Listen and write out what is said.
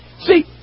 See